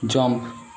jump